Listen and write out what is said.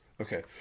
Okay